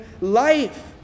life